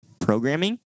programming